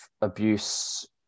abuse